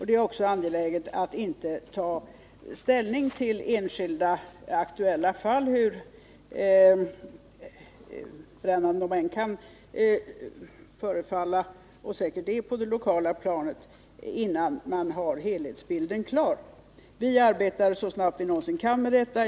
Det är också angeläget att inte ta ställning till enskilda aktuella fall, hur brännande de än kan förefalla — och säkert är — på det lokala planet, innan man har helhetsbilden klar. Vi arbetar så snabbt vi någonsin kan med detta.